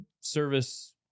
service